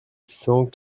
cent